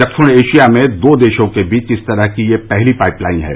दक्षिण एशिया में दो देशों के बीच इस तरह की ये पहली पाइप लाइन है